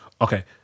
Okay